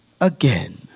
again